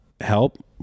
help